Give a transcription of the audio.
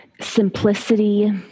simplicity